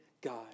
God